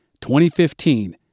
2015